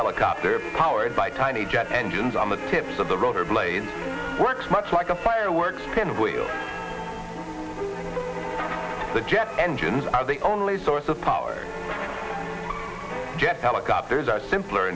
helicopter powered by tiny jet engines on the tips of the rotor blade works much like a fireworks pinball the jet engines are the only source of power jet helicopters are simpler